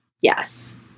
Yes